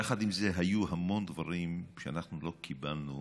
יחד עם זה, היו המון דברים שאנחנו לא קיבלנו